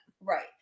Right